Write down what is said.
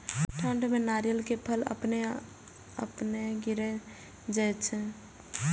ठंड में नारियल के फल अपने अपनायल गिरे लगए छे?